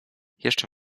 jeszcze